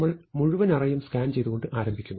നമ്മൾ മുഴുവൻ അറേയും സ്കാൻ ചെയ്തുകൊണ്ട് ആരംഭിക്കുന്നു